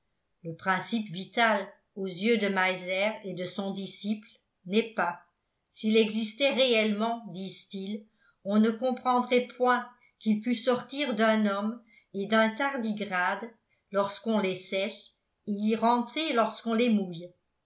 le principe vital aux yeux de meiser et de son disciple n'est pas s'il existait réellement disent-ils on ne comprendrait point qu'il pût sortir d'un homme et d'un tardigrade lorsqu'on les sèche et y rentrer lorsqu'on les mouille